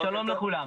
שלום לכולם.